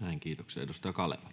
Näin, kiitoksia. —Edustaja Kaleva.